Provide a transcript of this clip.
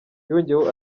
yongeyeho